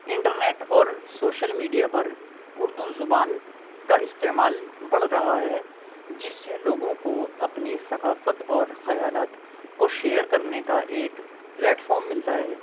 internet اور social media پر اردو زبان کا استعمال بڑھ رہا ہے جس سے لوگوں کو اپنی ثقافت اور خیالات کو شیئر کرنے کا ایک پلیٹفارم ملتا ہے